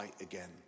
again